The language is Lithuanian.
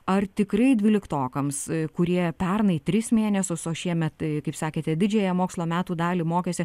ar tikrai dvyliktokams kurie pernai tris mėnesius o šiemet kaip sakėte didžiąją mokslo metų dalį mokėsi